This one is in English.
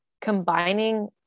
combining